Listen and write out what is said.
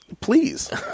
Please